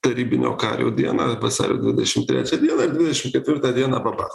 tarybinio kario dieną vasario dvidešim trečią dieną ir dvidešim ketvirtą dieną babach